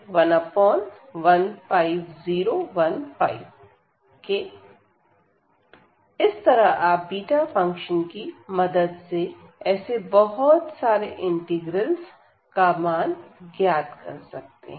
115015 इस तरह आप बीटा फंक्शन की मदद से ऐसे बहुत सारे इंटीग्रल्स का मान ज्ञात कर सकते हैं